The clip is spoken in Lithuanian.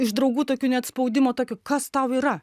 iš draugų tokių net spaudimo tokio kas tau yra